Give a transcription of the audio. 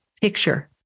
picture